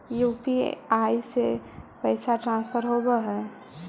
UPI से पैसा transfer होवहै?